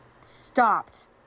stopped